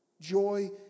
Joy